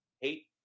hate